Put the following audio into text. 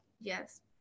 Yes